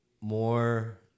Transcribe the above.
more